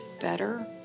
better